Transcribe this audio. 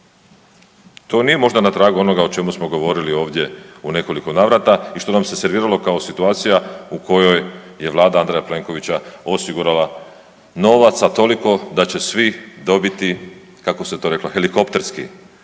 To nije možda na tragu onoga o čemu smo govorili ovdje u nekoliko navrata i što nam se serviralo kao situacija u kojoj je vlada Andreja Plenkovića osigurala novac, a toliko da će svi dobiti, kako ste to rekla helikopterski,